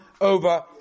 over